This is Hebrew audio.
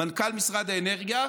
מנכ"ל משרד האנרגיה,